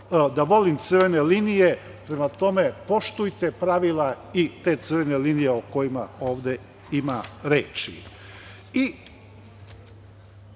da volim crvene linije. Prema tome, poštujte pravila i te crvene linije o kojima ovde ima reči. Jedna